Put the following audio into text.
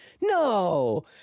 no